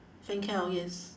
fancl yes